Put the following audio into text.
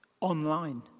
online